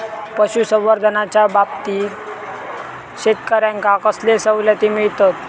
पशुसंवर्धनाच्याबाबतीत शेतकऱ्यांका कसले सवलती मिळतत?